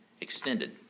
extended